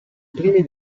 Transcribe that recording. primi